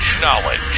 knowledge